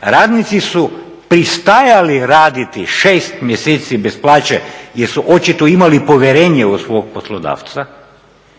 radnici su pristajali raditi 6 mjeseci bez plaće jer su očito imali povjerenje u svog poslodavca,